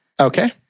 Okay